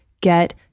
get